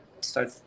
start